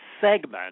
segment